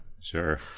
sure